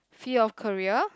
field of career